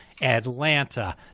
Atlanta